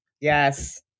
Yes